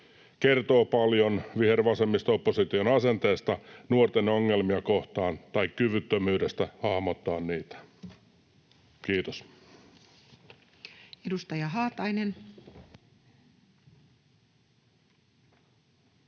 kertoo paljon vihervasemmisto-opposition asenteesta nuorten ongelmia kohtaan tai kyvyttömyydestä hahmottaa niitä. — Kiitos. Edustaja Haatainen. Arvoisa